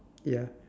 ya